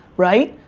right?